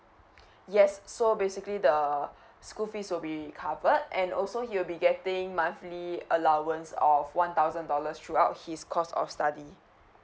yes so basically the school fees will be covered and also he'll be getting monthly allowance of one thousand dollars throughout his course of study